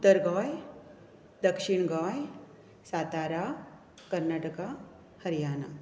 उत्तर गोंय दक्षिण गोंय सातारा कर्नाटका हरयाणा